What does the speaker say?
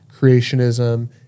creationism